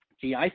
GI